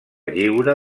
lliure